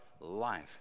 life